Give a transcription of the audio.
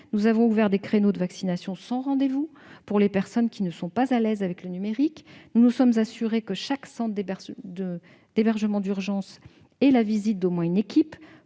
Nous avons ouvert des créneaux de vaccination sans rendez-vous, pour les personnes qui ne sont pas à l'aise avec le numérique. Nous nous sommes assurés que tous les centres d'hébergement d'urgence avaient reçu la visite d'au moins une équipe